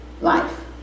Life